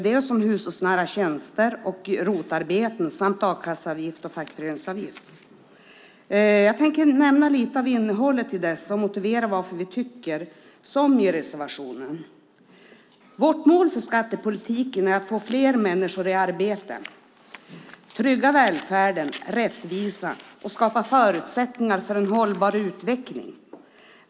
Det är om hushållsnära tjänster och ROT-arbeten samt om a-kasseavgift och faktureringsavgift. Jag tänker nämna lite om innehållet i dessa och motivera vad vi tycker liksom i reservationen. Vårt mål för skattepolitiken är att få fler människor i arbete, trygga välfärden och rättvisan och skapa förutsättningar för en hållbar utveckling.